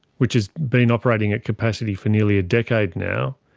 which has been operating at capacity for nearly a decade now,